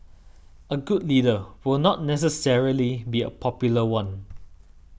a good leader will not necessarily be a popular one